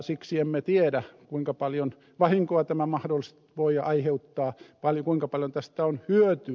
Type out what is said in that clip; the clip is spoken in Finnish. siksi emme tiedä kuinka paljon vahinkoa tämä mahdollisesti voi aiheuttaa tai kuinka paljon tästä on hyötyä